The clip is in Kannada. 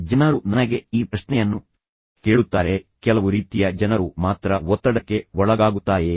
ಜನರು ನನಗೆ ಈ ಪ್ರಶ್ನೆಯನ್ನು ಕೇಳುತ್ತಾರೆಃ ಕೆಲವು ರೀತಿಯ ಜನರು ಮಾತ್ರ ಒತ್ತಡಕ್ಕೆ ಒಳಗಾಗುತ್ತಾರೆಯೇ